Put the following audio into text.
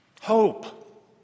hope